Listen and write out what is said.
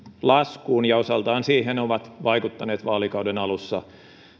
laskuun ja osaltaan siihen ovat vaikuttaneet vaalikauden alussa